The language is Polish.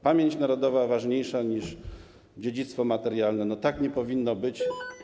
Pamięć narodowa ważniejsza niż dziedzictwo materialne - tak nie powinno być.